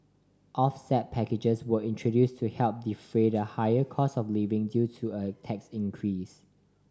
offset packages were introduce to help defray the higher costs of living due to a tax increase